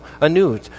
anew